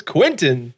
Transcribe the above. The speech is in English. Quentin